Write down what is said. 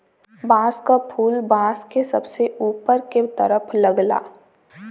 बांस क फुल बांस के सबसे ऊपर के तरफ लगला